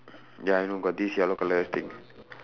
ya I know got this yellow colour thing